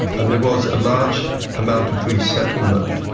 and there was a large amount of resettlement,